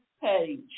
page